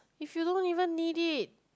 if you don't even need it